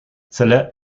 cela